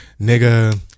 nigga